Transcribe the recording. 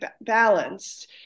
balanced